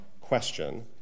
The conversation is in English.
question